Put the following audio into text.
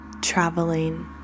traveling